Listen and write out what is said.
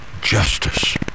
justice